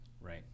Right